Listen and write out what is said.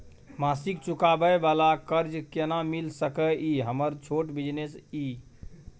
मासिक चुकाबै वाला कर्ज केना मिल सकै इ हमर छोट बिजनेस इ?